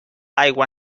aigua